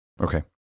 Okay